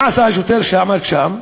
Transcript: מה עשה השוטר שעמד שם?